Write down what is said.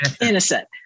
Innocent